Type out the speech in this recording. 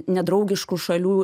nedraugiškų šalių